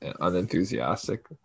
unenthusiastic